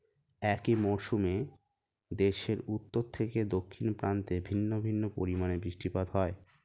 একই মরশুমে দেশের উত্তর থেকে দক্ষিণ প্রান্তে ভিন্ন ভিন্ন পরিমাণে বৃষ্টিপাত হয়